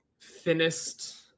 thinnest